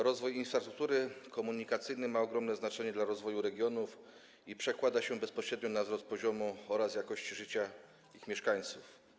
Rozwój infrastruktury komunikacyjnej ma ogromne znaczenie dla rozwoju regionów i przekłada się bezpośrednio na wzrost poziomu oraz jakości życia ich mieszkańców.